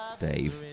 Dave